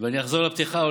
ואני אחזור על הפתיחה.